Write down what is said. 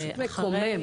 פשוט מקומם.